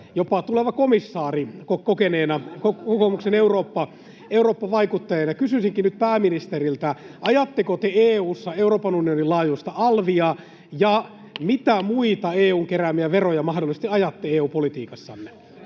jopa tuleva komissaari kokeneena kokoomuksen Eurooppa-vaikuttajana. Kysyisinkin nyt pääministeriltä: Ajatteko te EU:ssa Euroopan unionin laajuista alvia, ja mitä muita EU:n keräämiä veroja mahdollisesti ajatte EU-politiikassanne?